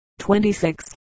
26